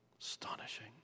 Astonishing